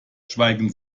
schweigen